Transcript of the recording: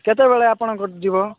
କେତେବେଳେ ଆପଣଙ୍କର ଯିବ